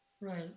Right